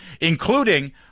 including